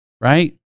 right